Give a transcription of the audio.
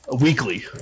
weekly